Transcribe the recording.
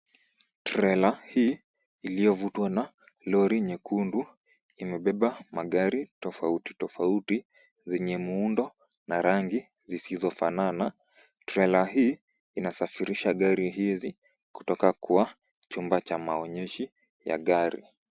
Trela hii iliyovutwa na lori nyekundu imebeba magari tofauti tofauti, zenye muundo na rangi zisizofanana. Trela hii inasafirisha gari hizi kutoka kwa chumba cha maonyeshi ya gari.